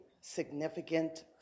significant